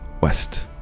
west